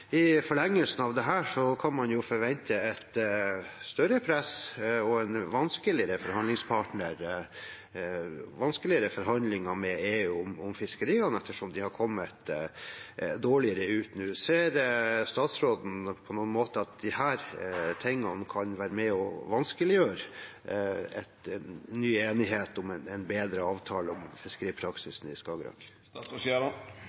I forlengelsen av dette kan man jo forvente et større press og en vanskeligere forhandlingspartner, altså vanskeligere forhandlinger med EU innen fiskeri, ettersom de har kommet dårligere ut nå. Ser statsråden på noen måte at disse tingene kan være med og vanskeliggjøre ny enighet om en bedre avtale om